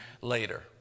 later